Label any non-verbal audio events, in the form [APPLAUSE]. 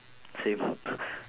same [LAUGHS]